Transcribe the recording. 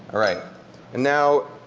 right. and now